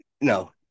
no